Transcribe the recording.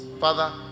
Father